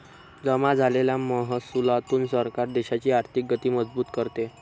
जमा झालेल्या महसुलातून सरकार देशाची आर्थिक गती मजबूत करते